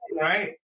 right